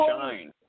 shine